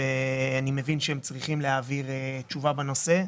ואני מבין שהם צריכים להעביר תשובה בנושא.